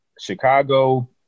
Chicago